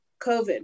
COVID